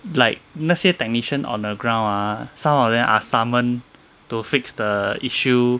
like 那些 technician on the ground ah some of them are summoned to fix the issue